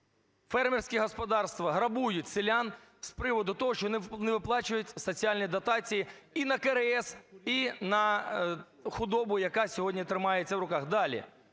фермерські господарства, грабують селян з приводу того, що не виплачуються соціальні дотації, і на КРС, і на худобу, яка сьогодні тримається на руках.